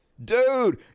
dude